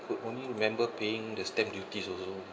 could only remember paying the stamp duties also